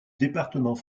département